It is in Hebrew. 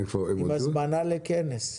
עם הזמנה לכנס.